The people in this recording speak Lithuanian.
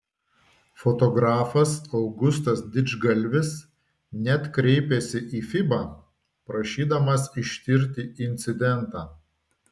fotografas augustas didžgalvis net kreipėsi į fiba prašydamas ištirti incidentą